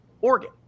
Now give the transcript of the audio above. Oregon